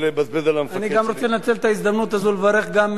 אני רוצה לנצל את ההזדמנות הזאת לברך גם את שלי.